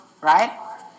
Right